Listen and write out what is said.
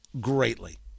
greatly